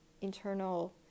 internal